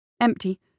Empty